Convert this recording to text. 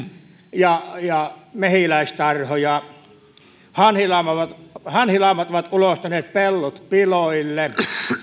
ja ja mehiläistarhoja hanhilaumat hanhilaumat ovat ulostaneet pellot piloille